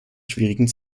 schwierigen